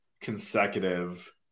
consecutive